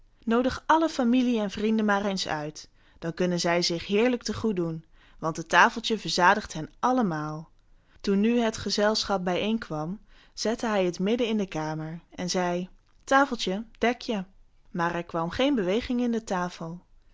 noodig alle familie en vrienden maar eens uit dan kunnen zij zich heerlijk te goed doen want het tafeltje verzadigt hen allemaal toen nu het gezelschap bijeen was zette hij het midden in de kamer en zei tafeltje dek je maar er kwam geen beweging in het tafeltje